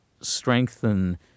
strengthen